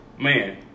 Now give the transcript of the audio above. man